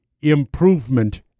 improvement